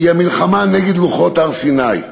היא המלחמה נגד לוחות הר-סיני,